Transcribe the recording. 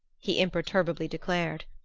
he imperturbably declared,